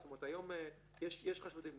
זאת אומרת היום יש חשודים.